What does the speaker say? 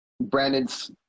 brandon's